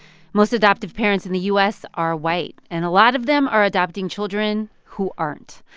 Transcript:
most adoptive parents in the u s. are white. and a lot of them are adopting children who aren't.